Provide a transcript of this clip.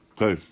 Okay